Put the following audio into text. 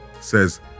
says